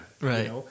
right